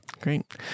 Great